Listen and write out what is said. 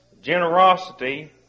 generosity